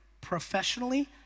professionally